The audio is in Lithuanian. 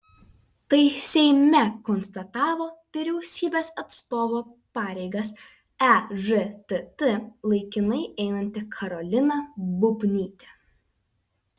tai seime konstatavo vyriausybės atstovo pareigas ežtt laikinai einanti karolina bubnytė